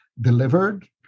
delivered